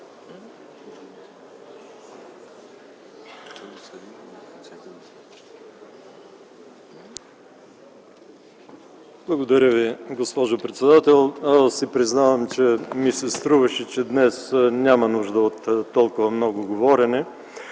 Благодаря Ви, госпожо председател. Аз си признавам: струваше ми се, че днес няма нужда от толкова много говорене,